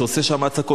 שעושה שם הצקות.